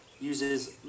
uses